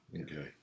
Okay